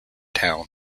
town